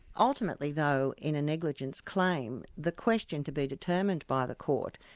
ultimately, though, in a negligence claim, the question to be determined by the court,